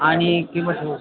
अनि के पो थियो हो